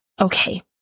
Okay